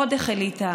עוד החליטה הממשלה,